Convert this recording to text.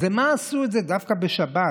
אז למה עשו את זה דווקא בשבת?